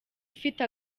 ifite